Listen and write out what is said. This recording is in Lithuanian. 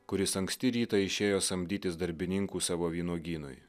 kuris anksti rytą išėjo samdytis darbininkų savo vynuogynui